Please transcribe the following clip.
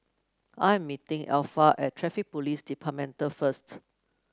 I am meeting Alpha at Traffic Police Department first